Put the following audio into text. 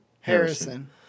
Harrison